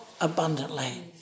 abundantly